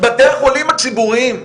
בתי החולים הציבוריים,